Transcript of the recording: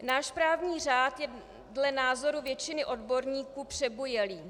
Náš právní řád je dle názory většiny odborníků přebujelý.